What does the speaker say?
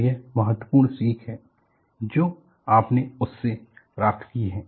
तो यह महत्वपूर्ण सीख है जो आपने उससे प्राप्त की है